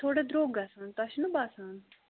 تھوڑا درٛۅگ گژھان تۄہہِ چھُو نا باسان